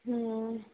ਹੂੰ